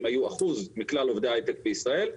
היו אחוז מכלל עובדי ההיי-טק בישראל,